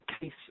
case